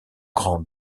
grant